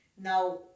Now